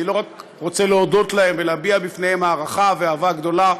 אני רוצה לא רק להודות להם ולהביע בפניהם הערכה ואהבה גדולה,